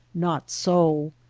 not so.